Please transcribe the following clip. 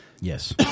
Yes